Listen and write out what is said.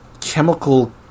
chemical